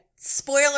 spoiler